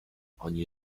oni